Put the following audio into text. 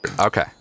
Okay